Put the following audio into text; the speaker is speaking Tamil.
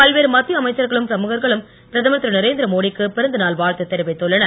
பல்வேறு மத்திய அமைச்சர்களும் பிரழுகர்களும் பிரதமர் திரு நரேந்திரமோடிக்கு பிறந்த நாள் வாழ்த்து தெரிவித்துள்ளனர்